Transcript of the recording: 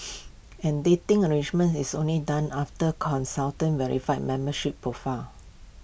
and dating arrangement is only done after consultant verifies membership profile